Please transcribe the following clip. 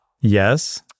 Yes